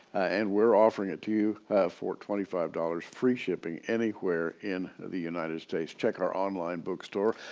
and we're offering it to you for twenty five dollars, free shipping anywhere in the united states. check our online bookstore,